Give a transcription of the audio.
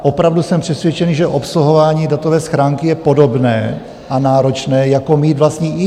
Opravdu jsem přesvědčen, že obsluhování datové schránky je podobné a náročné, jako mít vlastní email.